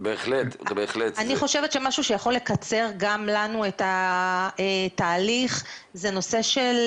אני חושבת שמשהו שיכול לקצר גם לנו את התהליך זה נושא של